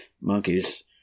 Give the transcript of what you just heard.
monkeys